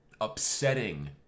upsetting